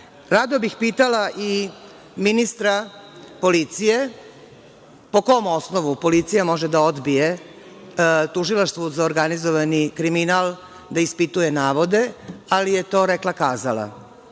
bih pitala i ministra policije po kom osnovu policija može da odbije Tužilaštvo za organizovani kriminal da ispituje naloge, ali je to rekla-kazala.